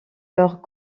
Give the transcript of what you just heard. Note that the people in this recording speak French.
leurs